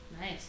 Nice